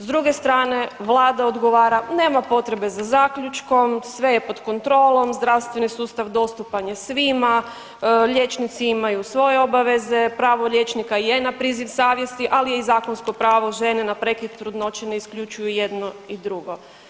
S druge strane vlada odgovara nema potrebe za zaključkom, sve je pod kontrolom, zdravstveni sustav dostupan je svima, liječnici imaju svoje obaveze, pravo liječnika je na priziv savjesti, ali je i zakonsko pravo žene na prekid trudnoće, ne isključuju jedno i drugo.